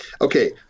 Okay